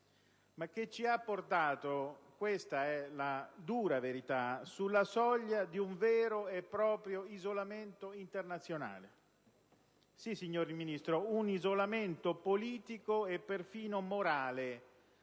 ma ci ha anche portato - questa è la dura verità - sulla soglia di un vero e proprio isolamento internazionale. Signor Ministro, parlo di un isolamento politico e perfino morale,